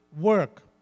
work